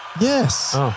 yes